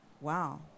Wow